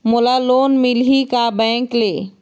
मोला लोन मिलही का बैंक ले?